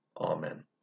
Amen